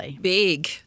big